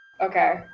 Okay